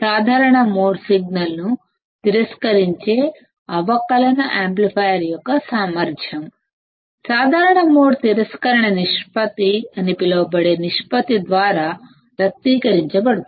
common mode సిగ్నల్ను తిరస్కరించే అవకలన యాంప్లిఫైయర్ యొక్క సామర్ధ్యం కామన్ మోడ్ రిజెక్షన్ రేషియో అని పిలువబడే రేషియో ద్వారా వ్యక్తీకరించబడుతుంది